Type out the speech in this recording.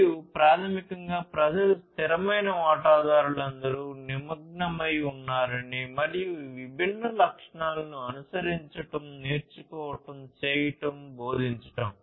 మరియు ప్రాథమికంగా ప్రజలు స్థిరమైన వాటాదారులందరూ నిమగ్నమై ఉన్నారని మరియు ఈ విభిన్న లక్ష్యాలను అనుసరించడం నేర్చుకోవడం చేయటం బోధించడం